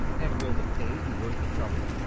and will the pay be worth the trouble?